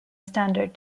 standard